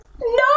No